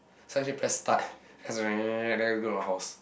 so I just press start then zzz then vacuum my house